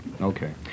okay